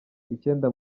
icyenda